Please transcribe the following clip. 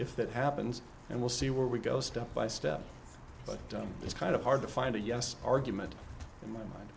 if that happens and we'll see where we go step by step but it's kind of hard to find a yes argument in my mind